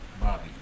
bobby